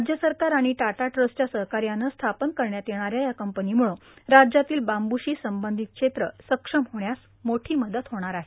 राज्य सरकार आणि टाटा ट्रस्टच्या सहकार्यानं स्थापन करण्यात येणाऱ्या या कंपनीमुळं राज्यातील बांबूशी संबंधित क्षेत्र सक्षम होण्यास मोठी मदत होणार आहे